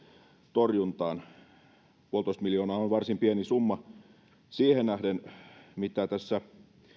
torjuntaan yksi pilkku viisi miljoonaa on varsin pieni summa siihen nähden että tässä